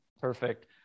Perfect